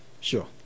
sure